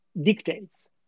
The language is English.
dictates